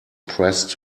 pressed